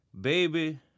Baby